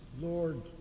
Lord